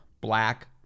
black